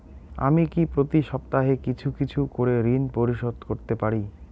আমি কি প্রতি সপ্তাহে কিছু কিছু করে ঋন পরিশোধ করতে পারি?